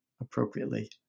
appropriately